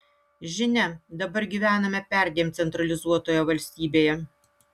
žinia dabar gyvename perdėm centralizuotoje valstybėje